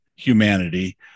humanity